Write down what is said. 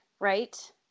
right